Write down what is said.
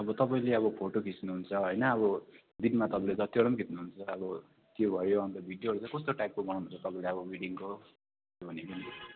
अब तपाईँले अब फोटो खिच्नुहुन्छ होइन अब दिनमा तपाईँले जतिवटा पनि खिच्नुहुन्छ अब त्यो भयो अन्त भिडियोहरू चाहिँ कस्तो टाइपको बनाउनुहुन्छ तपाईँले अब वेडिङको त्यो भनेको नि